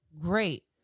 great